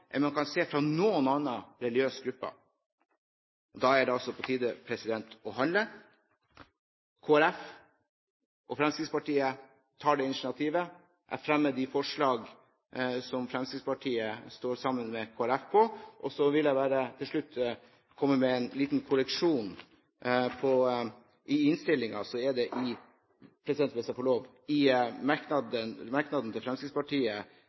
man kan se fra noen annen religiøs gruppe. Da er det på tide å handle. Kristelig Folkeparti og Fremskrittspartiet tar det initiativet. Jeg fremmer de forslag som Fremskrittspartiet står sammen med Kristelig Folkeparti om. Så vil jeg bare til slutt komme med en liten korreksjon – hvis jeg får lov, president. I innstillingen er det under merknadene til Fremskrittspartiet